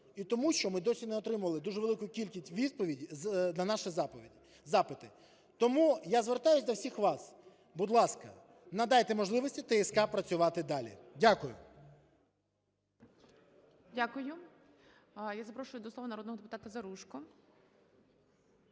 і тому, що ми досі не отримали дуже велику кількість відповідей на наші запити. Тому я звертаюсь до всіх вас: будь ласка, надайте можливості ТСК працювати далі. Дякую. ГОЛОВУЮЧИЙ. Дякую. Я запрошую до слова народного депутата Заружко.